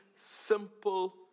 simple